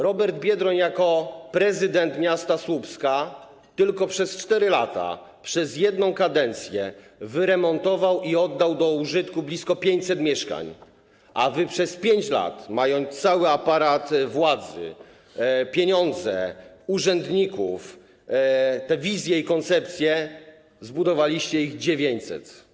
Robert Biedroń jako prezydent miasta Słupska tylko przez 4 lata, przez jedną kadencję, wyremontował i oddał do użytku blisko 500 mieszkań, a wy przez 5 lat, mając cały aparat władzy, pieniądze, urzędników, te wizje i koncepcje, zbudowaliście ich 900.